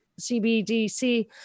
CBDC